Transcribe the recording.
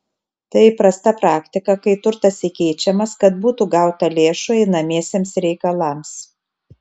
tai įprasta praktika kai turtas įkeičiamas kad būtų gauta lėšų einamiesiems reikalams